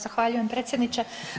Zahvaljujem predsjedniče.